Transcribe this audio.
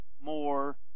more